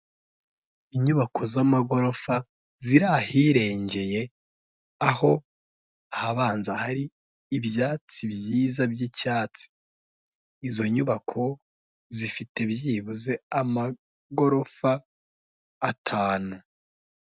Inyubako z'amagorofa ziri ahirengeye, aho ahabanza hari ibyatsi byiza by'icyatsi, izo nyubako zifite byibuze amagorofa atanu.